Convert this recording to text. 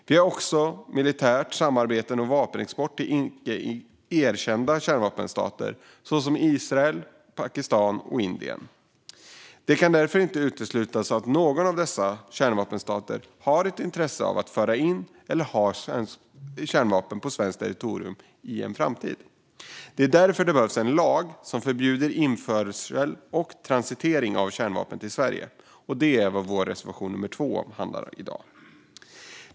Vi har också militära samarbeten och vapenexport till de icke erkända kärnvapenstaterna Israel, Pakistan och Indien. Det kan därför inte uteslutas att någon av dessa kärnvapenstater har ett intresse av att i en framtid föra in eller ha kärnvapen på svenskt territorium. Därför behövs en lag som förbjuder införsel och transitering av kärnvapen till Sverige. Detta handlar vår reservation nr 2 om.